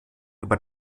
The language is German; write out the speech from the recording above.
über